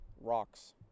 Rocks